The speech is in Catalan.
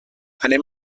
anem